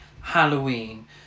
Halloween